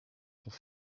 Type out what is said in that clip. sont